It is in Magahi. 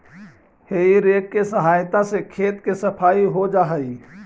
हेइ रेक के सहायता से खेत के सफाई हो जा हई